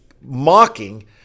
mocking